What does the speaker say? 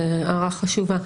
זו הערה חשובה.